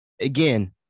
Again